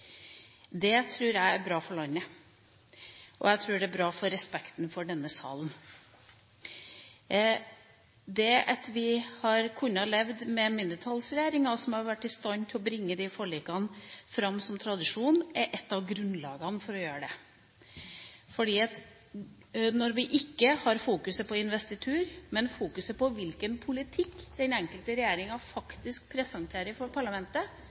Det tror jeg er bra for landet, og jeg tror det er bra for respekten for denne salen. Det at vi har kunnet leve med mindretallsregjeringer, som har vært i stand til å bringe forlikene fram som tradisjon, er noe av grunnlaget. Når vi ikke fokuserer på investitur, men fokuserer på hvilken politikk den enkelte regjeringa faktisk presenterer for parlamentet,